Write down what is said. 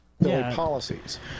Policies